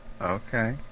Okay